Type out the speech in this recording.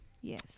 Yes